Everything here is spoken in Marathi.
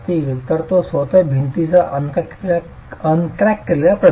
तर तो स्वतः भिंतीचा अनक्रॅक केलेला प्रदेश आहे